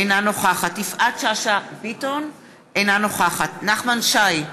אינה נוכחת יפעת שאשא ביטון, אינה נוכחת נחמן שי,